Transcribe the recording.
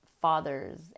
fathers